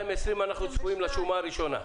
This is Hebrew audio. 2020 אנחנו צפויים לשומה הראשונה.